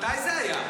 מתי זה היה?